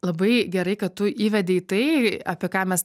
labai gerai kad tu įvedei tai apie ką mes